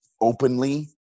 openly